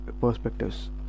perspectives